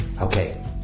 Okay